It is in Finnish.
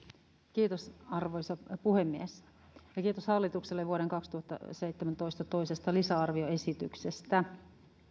kiitos arvoisa puhemies ja kiitos hallitukselle vuoden kaksituhattaseitsemäntoista toisesta lisätalousarvioesityksestä